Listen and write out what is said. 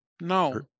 No